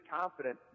confident